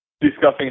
discussing